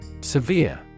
SEVERE